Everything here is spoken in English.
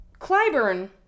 Clyburn